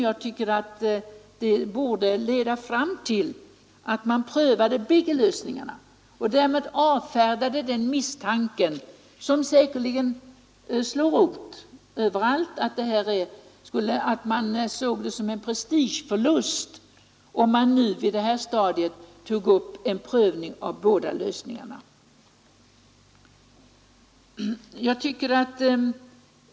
Jag tycker att det borde leda fram till att man prövade bägge lösningarna och därmed avfärdade den misstanke som säkerligen slår rot överallt, nämligen att man ser det som en prestigeför Just om man på detta stadium skulle ta upp en prövning av båda lösningarna.